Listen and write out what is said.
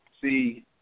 see